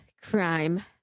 crime